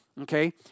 okay